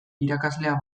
irakaslea